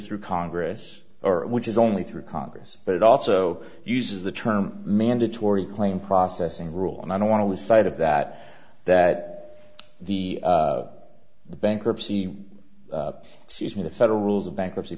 through congress or which is only through congress but it also uses the term mandatory claim processing rule and i don't want to lose sight of that that the the bankruptcy season the federal rules of bankruptcy